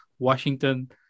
Washington